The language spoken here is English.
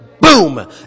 boom